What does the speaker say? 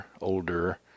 older